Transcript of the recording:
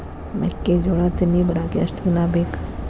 ಮೆಕ್ಕೆಜೋಳಾ ತೆನಿ ಬರಾಕ್ ಎಷ್ಟ ದಿನ ಬೇಕ್?